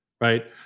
right